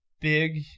big